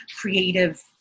creative